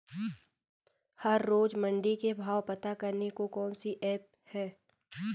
हर रोज़ मंडी के भाव पता करने को कौन सी ऐप है?